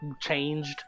changed